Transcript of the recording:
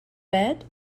bed